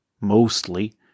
mostly